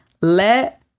let